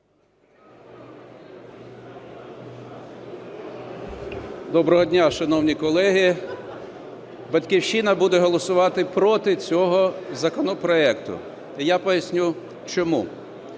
Доброго дня, шановні колеги. "Батьківщина" буде голосувати проти цього законопроекту. Я поясню чому.